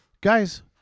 guys